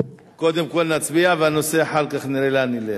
קודם כול, נצביע, והנושא, אחר כך נראה לאן נלך.